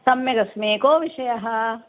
सम्यगस्मि को विषयः